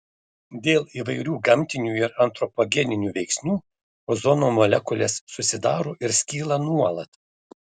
dėl įvairių gamtinių ir antropogeninių veiksnių ozono molekulės susidaro ir skyla nuolat